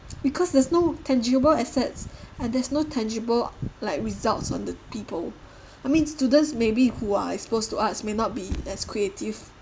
because there's no tangible assets and there's no tangible like results on the people I mean students maybe who are exposed to arts may not be as creative